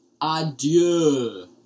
adieu